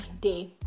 day